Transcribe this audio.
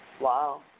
Wow